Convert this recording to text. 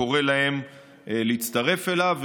להן להצטרף אליו.